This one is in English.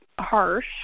Harsh